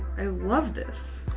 i love this.